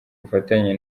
bufatanye